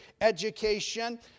education